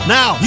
Now